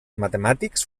matemàtics